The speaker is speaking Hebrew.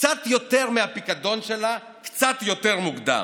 קצת יותר מהפיקדון שלה קצת יותר מוקדם.